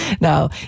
no